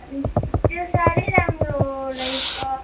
त्यो साह्रै राम्रो रहेछ